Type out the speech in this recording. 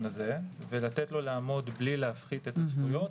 הזה ולתת לו לעמוד בלי להפחית את הזכויות,